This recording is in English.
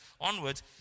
onwards